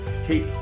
take